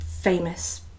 famous